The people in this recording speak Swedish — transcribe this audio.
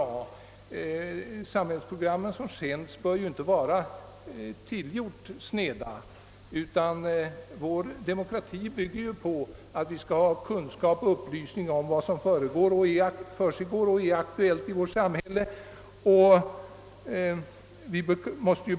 Samhällsprogrammen bör naturligtvis inte vara avsiktligt snedvridna. Vår demokrati bygger på att vi skall ha kunskap och upplysning om vad som försiggår och är aktuellt i vårt samhälle.